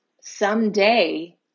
someday